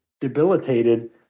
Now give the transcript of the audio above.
debilitated